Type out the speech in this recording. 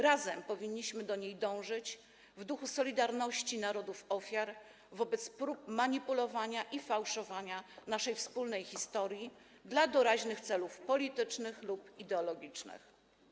Razem powinniśmy do niej dążyć w duchu solidarności narodów ofiar wobec prób manipulowania i fałszowania naszej wspólnej historii dla doraźnych celów politycznych lub ideologicznych.